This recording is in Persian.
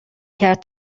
کرد